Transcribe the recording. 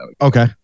Okay